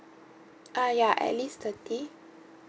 ah ya at least thirty